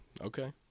Okay